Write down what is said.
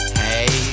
hey